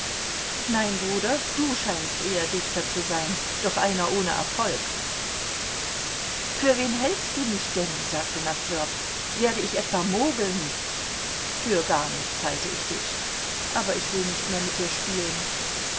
nein bruder du scheinst eher dichter zu sein doch einer ohne erfolg für wen hältst du mich denn sagte nosdrjow werde ich etwa mogeln für gar nichts halte ich dich aber ich will nicht mehr mit dir spielen